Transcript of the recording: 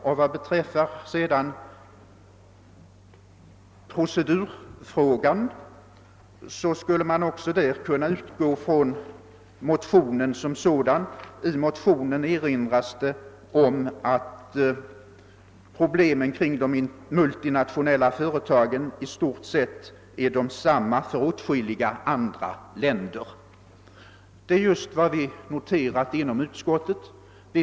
Vad sedan beträffar procedurfrågan skulle man också där kunna utgå från motionen. Där erinras det om att problemen kring de multinationella företagen i stort sett är desamma för åtskilliga andra länder. Det är just vad vi inom utskottet noterat.